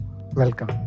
welcome